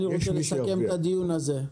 אני רוצה לסכם את הדיון הזה.